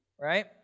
Right